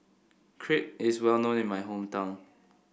crepe is well known in my hometown